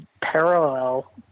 parallel